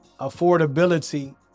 affordability